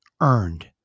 earned